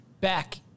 back